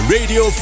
Radio